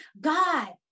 God